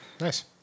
Nice